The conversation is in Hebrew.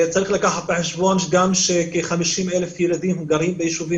צריך לקחת בחשבון גם שכ-50,000 ילדים גרים ביישובים